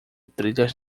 trilhas